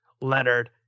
Leonard